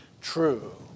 true